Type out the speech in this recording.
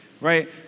right